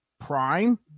prime